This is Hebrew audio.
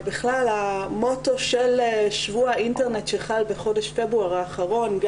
המוטו של שבוע האינטרנט שחל בחודש פברואר האחרון,